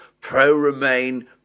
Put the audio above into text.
pro-Remain